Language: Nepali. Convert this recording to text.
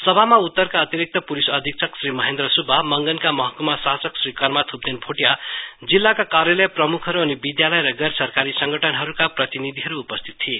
सभामा उत्तरका अतिरिक्त पुलिस अधिक्षक श्री महेन्द्र सुब्बा मंगनका महकुमा शासक श्री कर्मा थुप्देन भोटियाजिल्लाका कार्यलय प्रमुखहरु अनि विद्यालय र गैर सरकारी संगठनहरुका प्रतिनिधिहरु उपस्थित थिए